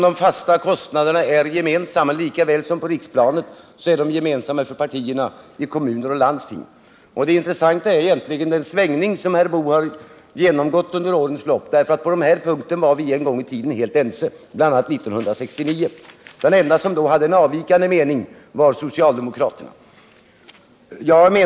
De fasta kostnaderna är gemensamma för partierna i kommuner och landsting lika väl som för partierna på riksplanet. Det intressanta är egentligen den svängning som herr Boo genomgått under årens lopp, för på den här punkten var vi en gång helt ense, bl.a. 1969. De enda som då hade en avvikande mening var socialdemokraterna.